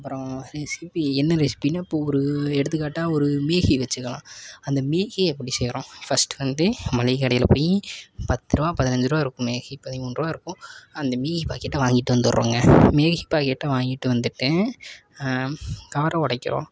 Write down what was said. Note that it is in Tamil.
அப்புறம் ரெசிபி என்ன ரெசிபின்னு இப்போது ஒரு எடுத்துக்காட்டாக ஒரு மேகி வச்சுக்கலாம் அந்த மேகியை எப்படி செய்கிறோம் ஃபர்ஸ்ட்டு வந்து மளிகை கடையில் போய் பத்து ரூபா பதினைஞ்சு ரூபா இருக்கும் மேகி பதிமூன்றுரூவா இருக்கும் அந்த மேகி பாக்கெட்டை வாங்கிட்டு வந்துடுறோங்க மேகி பாக்கெட்டை வாங்கிட்டு வந்துட்டு கவரை உடைக்கிறோம்